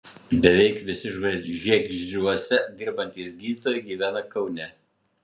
beveik visi žiegždriuose dirbantys gydytojai gyvena kaune